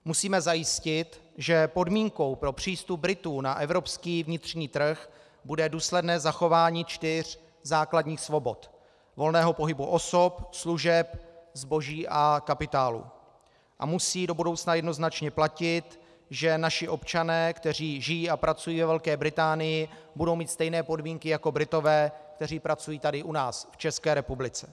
Musíme zajistit, že podmínkou pro přístup Britů na evropský vnitřní trh bude důsledné zachování čtyř základních svobod: volného pohybu osob, služeb, zboží a kapitálu a musí do budoucna jednoznačně platit, že naši občané, kteří žijí a pracují ve Velké Británii, budou mít stejné podmínky jako Britové, kteří pracují tady u nás v České republice.